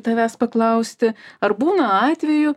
tavęs paklausti ar būna atvejų